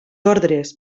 ordres